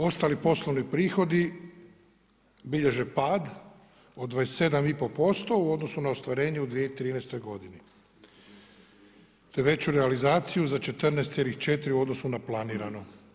Ostali poslovni prihodi, bilježe pad od 27,5% u odnosu na ostvarenju u 2013.g. Te veću realizaciju za 14,4 u odnosu na planirano.